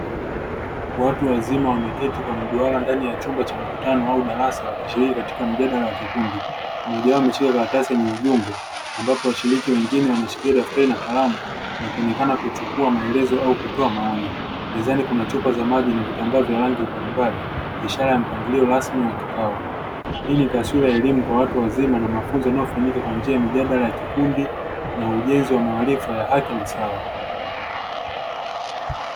Watu wazima wameketi kwa mduara ndani ya chumba cha mkutano au darasa wakishiriki katika mjadala wa kikundi mmoja wao ameshika karatasi yenye ujumbe ambapo washiriki wengine wanashikilia daftari na kalamu wakionekana kuchukua maelezo au kutoa maoni mezani kuna chupa za maji na vitambaa vya rangi mbalimbali ishara ya mpangilio rasmi wa kikao ,hii ni taswira elimu kwa watu wazima na mafunzo yanayofanyika kwa njia ya mijadala ya kikundi na ujenzi wa maarifa ya haki na sawa.